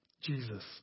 Jesus